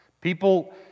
people